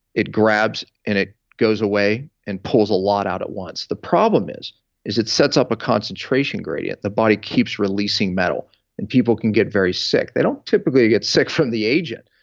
it grabs, and it goes away and pulls a lot out at once. the problem is is it sets up a concentration gradient. the body keeps releasing metal and people can get very sick. they don't typically get sick from the agent,